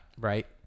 Right